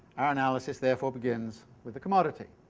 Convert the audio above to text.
our analysis therefore begins with the commodity.